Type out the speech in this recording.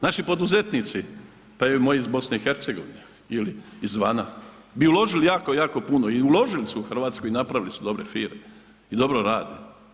Naši poduzetnici, pa evo i moji iz BiH ili izvana bi uložili jako, jako puno i uložili su u Hrvatsku i napravili su dobre firme i dobro rade.